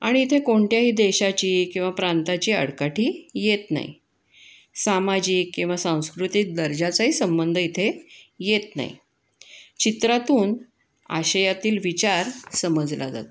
आणि इथे कोणत्याही देशाची किंवा प्रांताची आडकाठी येत नाही सामाजिक किंवा सांस्कृतिक दर्जाचाही संबंध इथे येत नाही चित्रातून आशयातील विचार समजला जातो